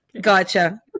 Gotcha